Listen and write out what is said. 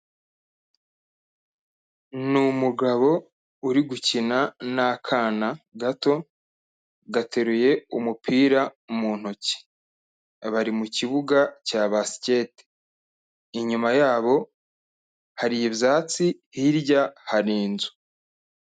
Ni umugabo uri gukina n'akana gato, gateruye umupira mu ntoki, bari mu kibuga cya basiketi, inyuma yabo hari ibyatsi, hirya hari inzu.